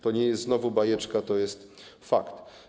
To nie jest znowu bajeczka, to jest fakt.